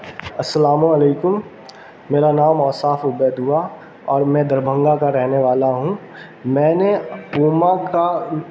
السلام علیکم میرا نام اصاف عبید ہوا اور میں دربھنگا کا رہنے والا ہوں میں نے پوما کا